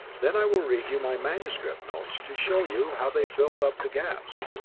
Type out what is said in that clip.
then i will read you my manuscript notes, to show you how they fill up the gaps.